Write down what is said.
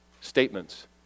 statements